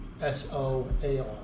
S-O-A-R